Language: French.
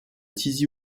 tizi